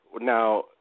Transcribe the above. now